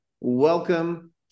welcome